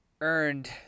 earned